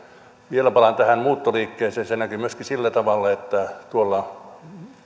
vielä palaan tähän muuttoliikkeeseen se näkyy myöskin sillä tavalla tuolla